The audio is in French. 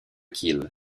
kiel